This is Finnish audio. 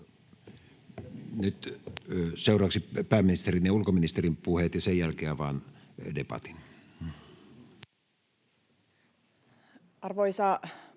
Nyt seuraavaksi pääministerin ja ulkoministerin puheet, ja sen jälkeen avaan debatin.